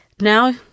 now